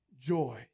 Joy